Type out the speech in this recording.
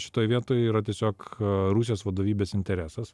šitoj vietoj yra tiesiog rusijos vadovybės interesas